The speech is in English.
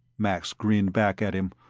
max grinned back at him.